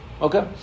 okay